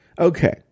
Okay